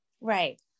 Right